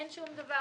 אין שום דבר